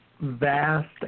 vast